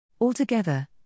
Altogether